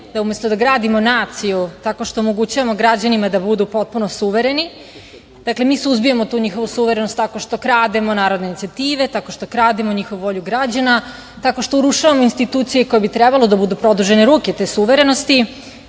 da umesto da gradimo naciju tako što omogućujemo građanima da budu potpuno suvereni, dakle, mi suzbijamo njihovu suverenost tako što krademo narodne inicijative, tako što krademo njihovu volju građana, tako što urušavamo institucije koje bi trebalo da budu produžene ruke te suverenosti,